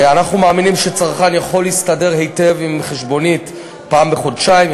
אנחנו מאמינים שצרכן יכול להסתדר היטב עם חשבונית פעם בחודשיים.